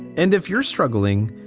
and if you're struggling,